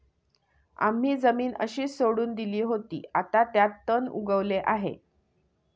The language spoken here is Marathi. आम्ही जमीन अशीच सोडून दिली होती, आता त्यात तण उगवले आहे